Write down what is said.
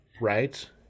right